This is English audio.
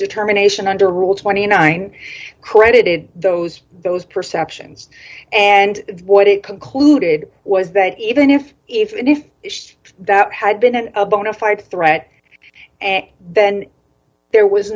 determination under rule twenty nine credited those those perceptions and what it concluded was that even if even if that had been an a bonafide threat and then there was